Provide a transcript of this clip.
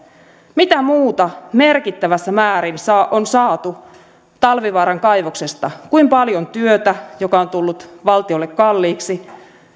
mitä muuta merkittävässä määrin on saatu talvivaaran kaivoksesta kuinka paljon työtä joka on tullut valtiolle kalliiksi